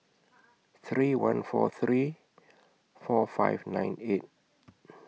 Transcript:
three one four three four five nine eight